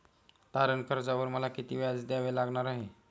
तारण कर्जावर मला किती व्याज द्यावे लागणार आहे?